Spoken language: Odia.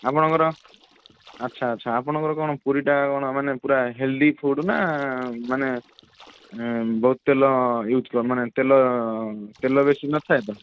ଆପଣଙ୍କର ଆଚ୍ଛା ଆଚ୍ଛା ଆପଣଙ୍କର କ'ଣ ପୁରିଟା କ'ଣ ମାନେ ପୁରା ହେଲଦି ଫୁଡ଼ ନା ମାନେ ବହୁତ ତେଲ ଇୟୁଜ କର ମାନେ ତେଲ ତେଲ ବେଶୀ ନଥାଏ ତ